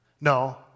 No